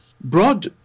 Broad